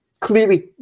clearly